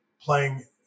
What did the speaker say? playing